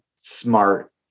smart